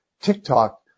TikTok